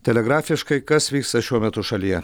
telegrafiškai kas vyksta šiuo metu šalyje